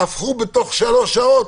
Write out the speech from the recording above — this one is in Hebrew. הפכו בתוך 3 שעות.